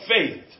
faith